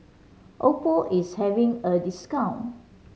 oppo is having a discount